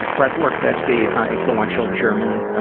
breathwork, that's the influential german